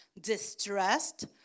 Distressed